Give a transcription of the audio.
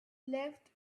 left